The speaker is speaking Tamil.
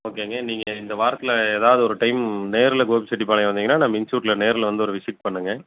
ஓகேங்க நீங்கள் இந்த வாரத்தில் ஏதாவது ஒரு டைம் நேரில் கோபிச்செட்டிப்பாளையம் வந்திங்கன்னா நம்ம இன்ஷூட்டில் நேரில் வந்து ஒரு விசிட் பண்ணுங்க